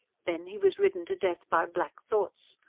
then he was ridden to death by black thoughts.